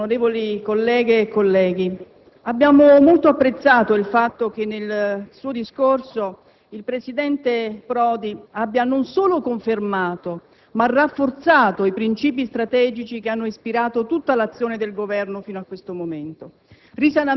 onorevoli colleghe e colleghi, abbiamo molto apprezzato il fatto che nel suo discorso il presidente Prodi abbia non solo confermato, ma rafforzato i princìpi strategici che hanno ispirato tutta l'azione del Governo fino a questo momento: